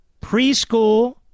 preschool